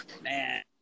man